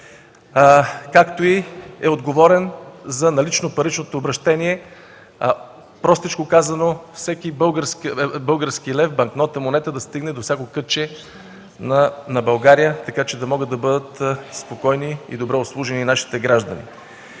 евро. Отговорен е за наличното парично обращение, простичко казано, всеки български лев – банкнота или монета, да стигне до всяко кътче на България, така че да могат да бъдат спокойни и добре обслужени нашите граждани.